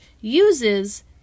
uses